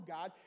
God